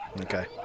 Okay